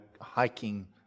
hiking